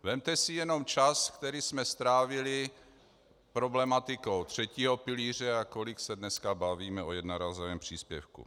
Vezměte si jenom čas, který jsme strávili problematikou třetího pilíře, a kolik se dneska bavíme o jednorázovém příspěvku.